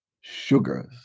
Sugars